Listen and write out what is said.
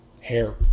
hair